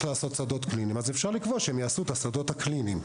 לעשות שדות קליניים אז אפשר לקבוע שהם יעשו את השדות הקליניים.